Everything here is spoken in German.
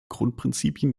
grundprinzipien